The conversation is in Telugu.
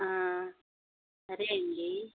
సరే అండి